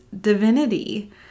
divinity